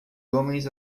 homens